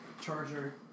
charger